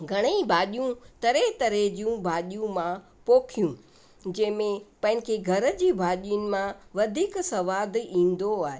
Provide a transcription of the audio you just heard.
घणेई भाॼियूं तरह तरह जूं भाॼियूं मां पोखियूं जंहिंमें पंहिंखे घर जी भाॼियुनि मां वधीक स्वादु ईंदो आहे